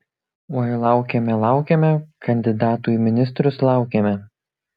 oi laukėme laukėme kandidatų į ministrus laukėme